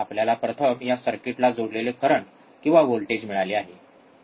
आपल्याला प्रथम या सर्किटला जोडलेले करंट किंवा व्होल्टेज मिळाले आहे